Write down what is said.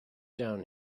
down